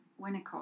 Winnicott